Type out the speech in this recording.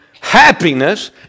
Happiness